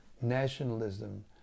nationalism